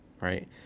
Right